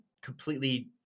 completely